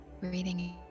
breathing